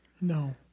No